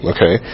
Okay